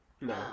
No